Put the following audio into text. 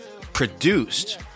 produced